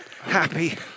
happy